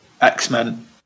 X-Men